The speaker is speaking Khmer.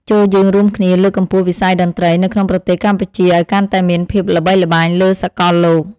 ចូរយើងរួមគ្នាលើកកម្ពស់វិស័យតន្ត្រីនៅក្នុងប្រទេសកម្ពុជាឱ្យកាន់តែមានភាពល្បីល្បាញលើសកលលោក។